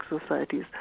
societies